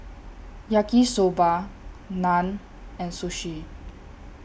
Yaki Soba Naan and Sushi